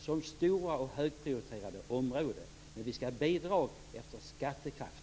Det är stora och högprioriterade områden. Men vi skall ha bidrag efter skattekraft.